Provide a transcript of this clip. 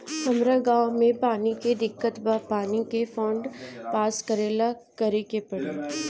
हमरा गॉव मे पानी के दिक्कत बा पानी के फोन्ड पास करेला का करे के पड़ी?